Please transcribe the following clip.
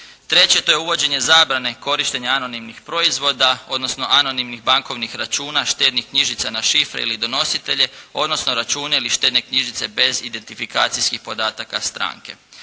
Treće, to je uvođenje zabrane korištenja anonimnih proizvoda, odnosno anonimnih bankovnih računa, štednih knjižica na šifre ili donositelje, odnosno račune ili štedne knjižice bez identifikacijskih podataka stranke.